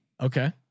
Okay